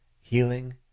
healing